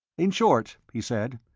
in short, he said,